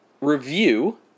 review